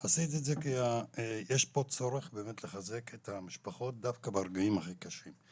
כי יש פה צורך לחזק את המשפחות ברגעים הכי קשים שלהם,